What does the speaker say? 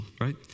right